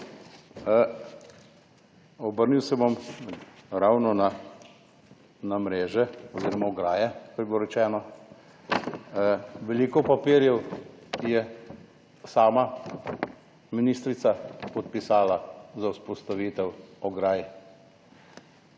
Obrnil se bom ravno na mreže oziroma ograje, ko je bilo rečeno. Veliko papirjev je sama ministrica podpisala za vzpostavitev ograj.